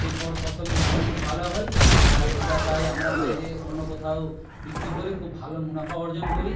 সেই ফসলের মানও খুব ভালো হয় আর এটা তাই আমরা বাইরে অন্য কোথাও বিক্রি করে খুব ভালো মুনাফা অর্জন করি